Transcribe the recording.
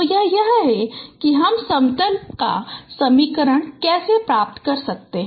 तो यह है कि हम समतल का समीकरण कैसे प्राप्त कर सकते हैं